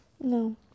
no